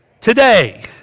today